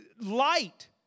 light